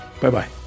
Bye-bye